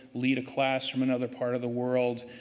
lead a class from another part of the world.